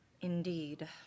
Indeed